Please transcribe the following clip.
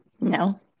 No